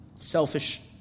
selfish